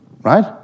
right